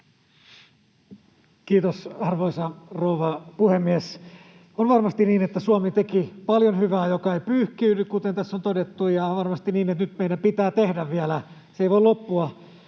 Kiitos, arvoisa rouva puhemies! On varmasti niin, että Suomi teki paljon hyvää, joka ei pyyhkiydy, kuten tässä on todettu, ja on varmasti niin, että nyt meidän pitää tehdä vielä, tekeminen ei voi loppua.